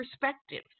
perspectives